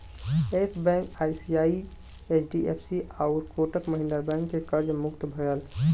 yes Bank ICICI, HDFC आउर Kotak Mahindra bank के कर्जा से मुक्त भयल